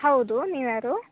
ಹೌದು ನೀವು ಯಾರು